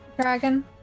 dragon